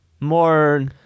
More